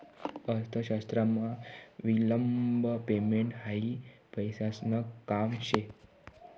अर्थशास्त्रमा विलंब पेमेंट हायी पैसासन काम शे